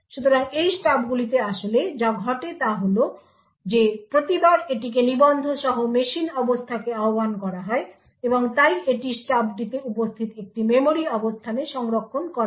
সুতরাং এই স্টাবগুলিতে আসলে যা ঘটে তা হল যে প্রতিবার এটিকে নিবন্ধসহ মেশিন অবস্থাকে আহ্বান করা হয় এবং তাই এটি স্টাবটিতে উপস্থিত একটি মেমরি অবস্থানে সংরক্ষণ করা হয়